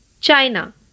China